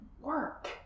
work